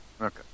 Okay